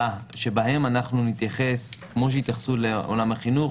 בהם אנחנו נתייחס כמו שהתייחסו לעולם החינוך.